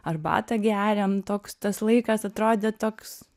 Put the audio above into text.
arbatą geriam toks tas laikas atrodė toks